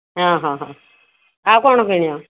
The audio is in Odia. ହଁ ହଁ ହଁ ଆଉ କ'ଣ କିଣିବ